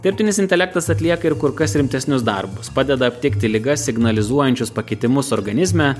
dirbtinis intelektas atlieka ir kur kas rimtesnius darbus padeda aptikti ligas signalizuojančius pakitimus organizme